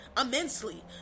immensely